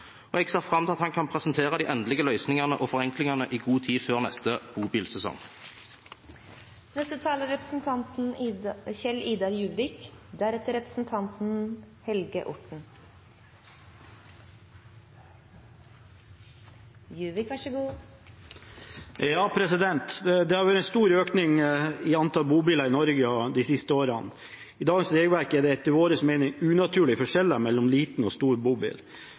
og dermed ønsker forenklinger, og jeg ser fram til at han kan presentere de endelige løsningene og forenklingene i god tid før neste bobilsesong. Det har vært en stor økning i antallet bobiler i Norge de siste årene. I dagens regelverk er det etter vår mening unaturlige forskjeller mellom liten og stor bobil.